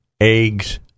eggs